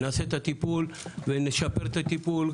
ונעשה את הטיפול ונשפר את הטיפול,